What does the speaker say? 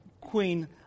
queen